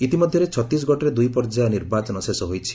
ଇତିମଧ୍ୟରେ ଛତିଶଗଡରେ ଦୁଇ ପର୍ଯ୍ୟାୟ ନିର୍ବାଚନ ଶେଷ ହୋଇଛି